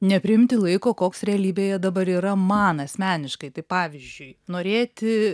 nepriimti laiko koks realybėje dabar yra man asmeniškai tai pavyzdžiui norėti